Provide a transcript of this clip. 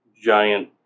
giant